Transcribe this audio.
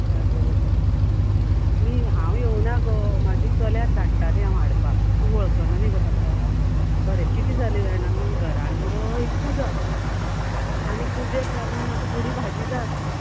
हय बरोबर न्ही हांव येवूं ना गो म्हजे चल्याक धाडटाले हांव हाडपाक तूं वळखना न्ही गो ताका बरें कितें जालें जाणा घरान मुगो एक पुजा आसा आनी पुजेक लागून म्हाका थोडी भाजी जाय आसलीं